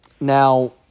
Now